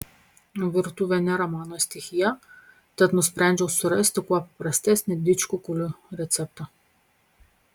virtuvė nėra mano stichija tad nusprendžiau surasti kuo paprastesnį didžkukulių receptą